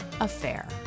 Affair